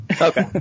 Okay